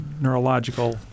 neurological